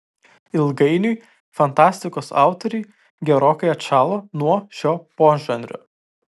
ilgainiui fantastikos autoriai gerokai atšalo nuo šio požanrio